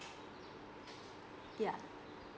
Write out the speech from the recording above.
yeah